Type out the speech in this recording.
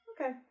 Okay